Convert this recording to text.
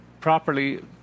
properly